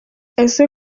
ese